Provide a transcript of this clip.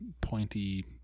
pointy